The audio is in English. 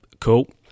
cool